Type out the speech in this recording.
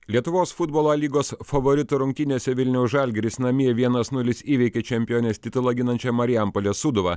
lietuvos futbolo a lygos favoritų rungtynėse vilniaus žalgiris namie vienas nulis įveikė čempionės titulą ginančią marijampolės sūduvą